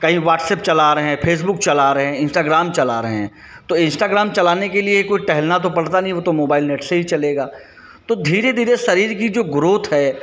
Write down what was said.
कहीं व्हाट्सअप चला रहे हैं फेसबुक चला रहे हैं इन्स्टाग्राम चला रहे हैं तो इन्स्टाग्राम चलाने के लिए कोई टहलना तो पड़ता नहीं वह तो मोबाइल नेट से ही चलेगा तो धीरे धीरे शरीर की जो ग्रोथ है